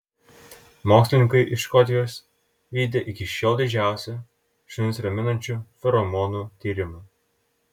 mokslininkai iš škotijos vykdė iki šiol didžiausią šunis raminančių feromonų tyrimą